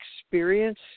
experience